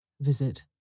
Visit